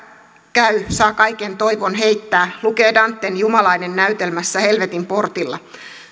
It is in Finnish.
käy saa kaiken toivon heittää lukee danten jumalaisessa näytelmässä helvetin portilla